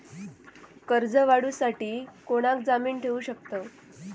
कर्ज काढूसाठी कोणाक जामीन ठेवू शकतव?